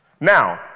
Now